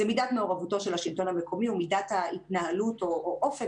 מידת מעורבותו של השלטון המקומי ומידת ההתנהלות או אופן